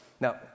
Now